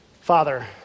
Father